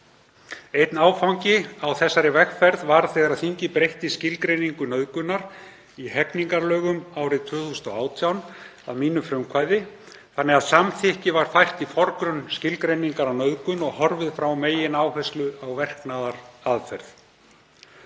Einn áfangi á þessari vegferð varð þegar þingið breytti skilgreiningu nauðgunar í hegningarlögum árið 2018 að mínu frumkvæði á þann veg að samþykki var fært í forgrunn skilgreiningar á nauðgun og horfið frá megináherslu á verknaðaraðferð.